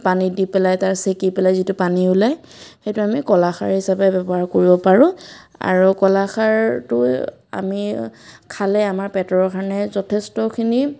পানীত দি পেলাই তাক চেকি পেলাই যিটো পানী ওলায় সেইটো আমি কলাখাৰ হিচাপে ব্যৱহাৰ কৰিব পাৰোঁ আৰু কলাখাৰটো আমি খালে আমাৰ পেটৰ কাৰণে যথেষ্টখিনি